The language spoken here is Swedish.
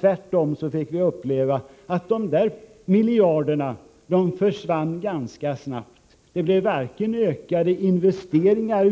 Tvärtom fick vi uppleva att miljarderna försvann ganska snabbt. Det blev varken ökade investeringar